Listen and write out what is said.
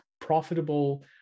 profitable